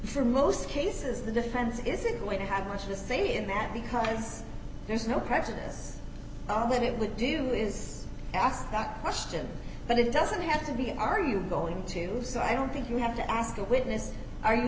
for most cases the defense isn't going to have much to say in that because there's no prejudice all that it would do is ask that question but it doesn't have to be an are you going to say i don't think you have to ask a witness are you